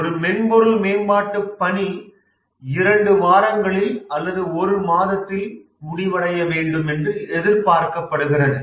ஒரு மென்பொருள் மேம்பாட்டு பணி 2 வாரங்களில் அல்லது ஓரு மாதத்தில் முடிவடைய வேண்டும் என்று எதிர்பார்க்கப்படுகிறது